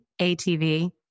ATV